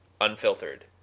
unfiltered